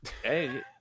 Hey